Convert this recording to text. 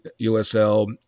usl